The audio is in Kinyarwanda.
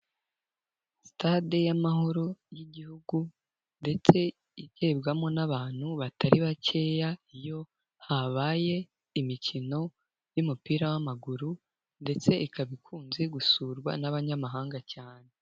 Sitade y'amahoro y'igihugu, ndetse igebwamo n'abantu batari bakeya iyo habaye imikino y'umupira w'amaguru, ndetse ikaba ikunze gusurwa n'abanyamahanga cyane.